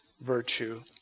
virtue